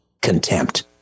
contempt